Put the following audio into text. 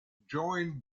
joined